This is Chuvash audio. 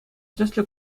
тӗслӗ